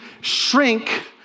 shrink